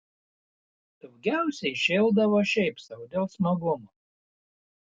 daugiausiai šėldavo šiaip sau dėl smagumo